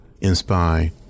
inspire